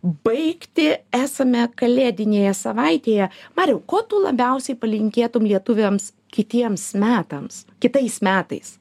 baigti esame kalėdinėje savaitėje mariau ko tu labiausiai palinkėtum lietuviams kitiems metams kitais metais